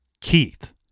Keith